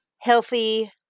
healthy